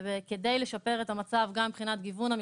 כדי לשפר את המצב גם מבחינת גיוון המקצועות,